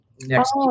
next